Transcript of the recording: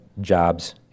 jobs